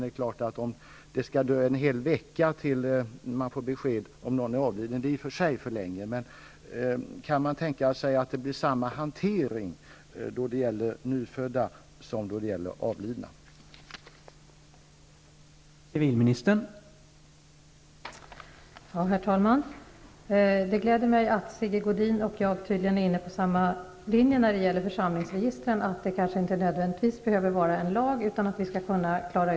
Det är, som jag sagt, för lång tid att besked om att någon är avliden skall behöva dröja en hel vecka, men kan man utgå från att besked beträffande födslar skall kunna hanteras på samma sätt som besked beträffande dödsfall?